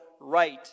right